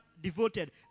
devoted